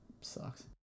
sucks